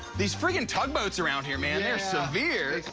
these friggin' tug boats around here, man, they're severe.